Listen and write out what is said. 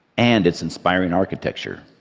and its inspiring architecture.